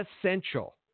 essential